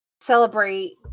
celebrate